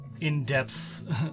in-depth